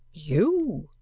you,